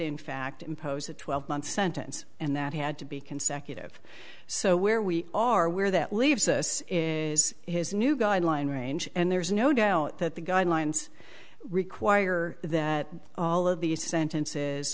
in fact impose a twelve month sentence and that had to be consecutive so where we are where that leaves us is his new guideline range and there's no doubt that the guidelines require that all of the sentences